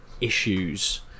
issues